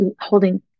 holding